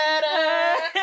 better